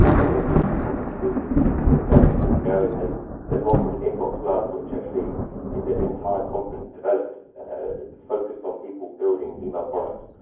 um i went to a few conferences in in san francisco and there's one called inbox love which actually is an entire conference focused on people building email products,